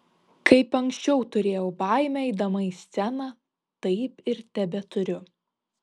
kaip anksčiau turėjau baimę eidama į sceną taip ir tebeturiu